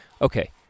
Okay